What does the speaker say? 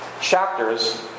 chapters